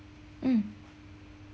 mm